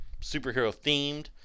superhero-themed